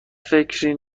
فکری